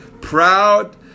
proud